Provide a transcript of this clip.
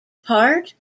part